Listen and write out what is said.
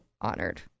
honored